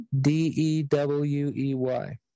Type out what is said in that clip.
D-E-W-E-Y